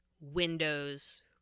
windows